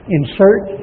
insert